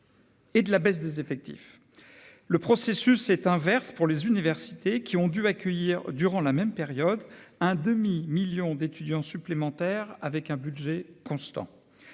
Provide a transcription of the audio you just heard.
et de la baisse des effectifs. Le processus est inverse dans les universités, qui ont dû accueillir durant la même période un demi-million d'étudiants supplémentaires à budget constant.